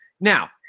Now